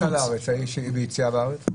ויציאה מהארץ?